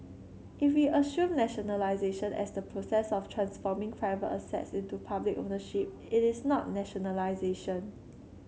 if we assume nationalisation as the process of transforming private assets into public ownership it is not nationalisation